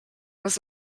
was